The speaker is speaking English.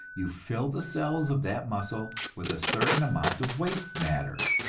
you fill the cells of that muscle with a certain amount of waste matter.